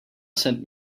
sent